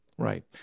Right